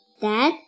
Dad